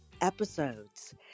episodes